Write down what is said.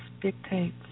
dictates